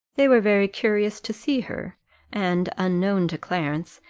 they were very curious to see her and, unknown to clarence,